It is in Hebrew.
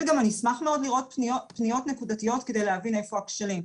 גם אני אשמח מאוד לראות פניות נקודתיות על מנת להבין איפה הכשלים.